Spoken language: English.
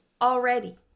already